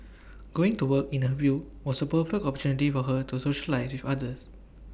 going to work in her view was A perfect opportunity for her to socialise with others